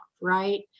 right